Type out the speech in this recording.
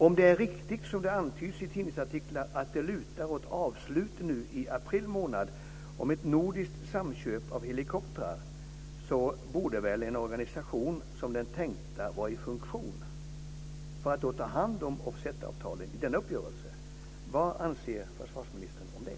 Om det är riktigt, som antyds i tidningsartiklar, att det lutar åt avslut nu i april månad i fråga om ett nordiskt samköp av helikoptrar borde väl en organisation som den tänkta vara i funktion för att ta hand om offsetavtalen i denna uppgörelse. Vad anser försvarsministern om det?